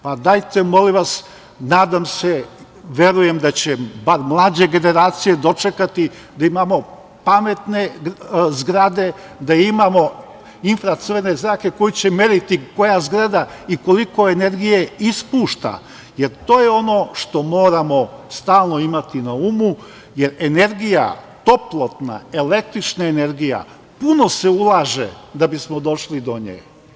Pa dajte molim vas, nadam se, verujem da će bar mlađe generacije dočekati da imamo pametne zgrade, da imamo infracrvene zrake koji će meriti koja zgrada i koliko energije ispušta, jer to je ono što moramo stalno imati na umu, jer energija, toplotna, električna, puno se ulaže da bismo došli do nje.